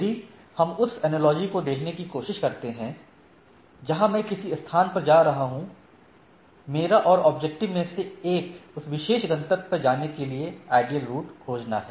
यदि हम उस एनालॉजी को देखने की कोशिश करते हैं जहां मैं किसी स्थान पर जा रहा हूं मेरा और ऑब्जेक्टिव में से एक उस विशेष गंतव्य पर जाने के लिए आइडियल रूट खोजना है